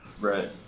Right